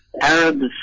Arabs